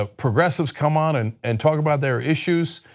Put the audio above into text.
ah progressives come on and and talk about their issues,